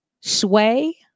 sway